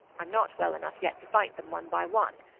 i'm not well enough yet to fight them one by one,